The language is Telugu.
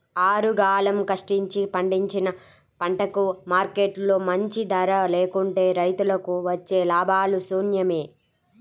ఆరుగాలం కష్టించి పండించిన పంటకు మార్కెట్లో మంచి ధర లేకుంటే రైతులకు వచ్చే లాభాలు శూన్యమే